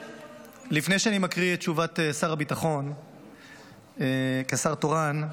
לפני שאני מקריא את תשובת שר הביטחון כשר תורן,